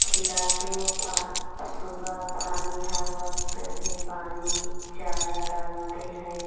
खिलाते हैं पान सुबह पानी हर वक़्त उन्हें पानी चारा डालते हैं